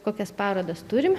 kokias parodas turim